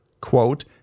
quote